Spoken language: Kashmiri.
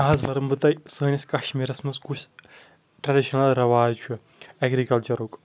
آز ونہٕ بہٕ تۄہہِ سٲنِس کشمیٖرس منٛز کُس ٹرڈیشنل رٮ۪واج چھُ اٮ۪گرِکلچرُک